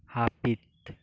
ᱦᱟᱯᱤᱫ